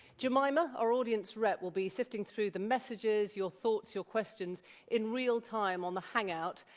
jemima, our audience rep, will be sifting through the messages, your thoughts, your questions in real time on the hang out.